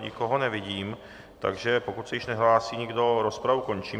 Nikoho nevidím, takže pokud se již nehlásí nikdo, rozpravu končím.